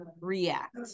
react